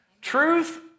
Truth